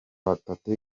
batatu